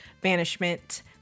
banishment